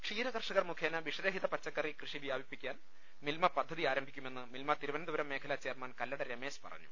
ക്ഷീര കർഷകർ മുഖേന വിഷരഹിത പച്ചക്കറി കൃഷി വ്യാപിപ്പിക്കാൻ മിൽമ പദ്ധതി ആരംഭിക്കുമെന്ന് മിൽമ തിരുവനന്തപുരം മേഖല ചെയർമാൻ കല്ലട രമേശ് പറഞ്ഞു